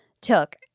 took